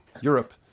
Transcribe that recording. Europe